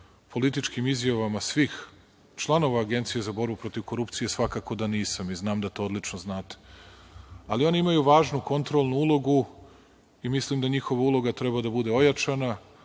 političkim izjavama svih članova Agencije za borbu protiv korupcije? Svakako da nisam i znam da to odlično znate. Ali, one imaju važnu kontrolnu ulogu i mislim da njihova uloga treba da bude ojačana,